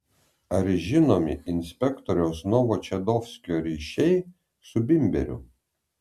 ar žinomi inspektoriaus novočadovskio ryšiai su bimberiu